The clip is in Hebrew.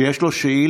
שיש לו שאילתה,